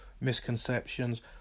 misconceptions